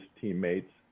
teammates